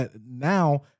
now